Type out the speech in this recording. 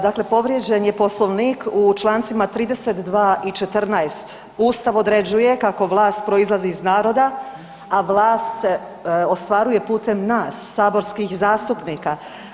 Dakle, povrijeđen je Poslovnik u Člancima 32. i 14., Ustav određuje kako vlast proizlazi iz naroda, a vlast se ostvaruje putem nas saborskih zastupnika.